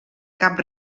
cap